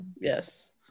yes